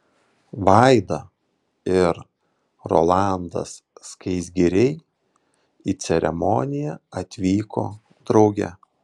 vaida ir rolandas skaisgiriai į ceremoniją atvyko drauge